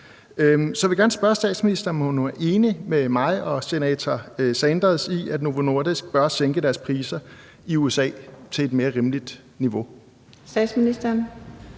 Så jeg vil gerne spørge statsministeren, om hun er enig med mig og senator Sanders i, at Novo Nordisk bør sænke deres priser i USA til et mere rimeligt niveau. Kl.